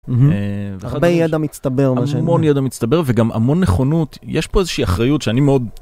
הרבה ידע מצטבר... המון ידע מצטבר וגם המון נכונות יש פה איזושהי אחריות שאני מאוד.